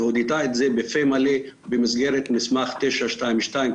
והודתה בכך בפה מלא במסגרת מסמך 922,